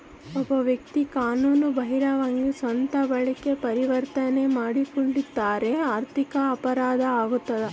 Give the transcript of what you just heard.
ಒಬ್ಬ ವ್ಯಕ್ತಿ ಕಾನೂನು ಬಾಹಿರವಾಗಿ ಸ್ವಂತ ಬಳಕೆಗೆ ಪರಿವರ್ತನೆ ಮಾಡಿಕೊಂಡಿದ್ದರೆ ಆರ್ಥಿಕ ಅಪರಾಧ ಆಗ್ತದ